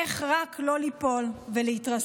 איך רק לא ליפול ולהתרסק.